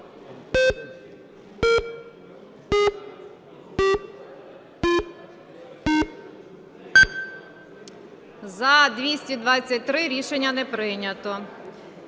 За-219 Рішення не прийнято.